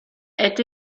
ait